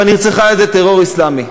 אבל נרצחה על-ידי טרור אסלאמי.